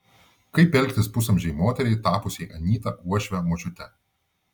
kaip elgtis pusamžei moteriai tapusiai anyta uošve močiute